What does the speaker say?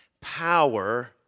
power